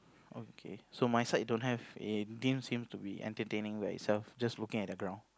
okay so my side don't have it seems to be entertaining himself just looking at the ground